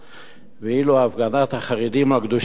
ואילו הפגנת החרדים על קדושת השבת,